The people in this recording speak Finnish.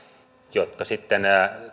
joihin sitten